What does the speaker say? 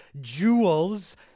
jewels